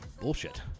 bullshit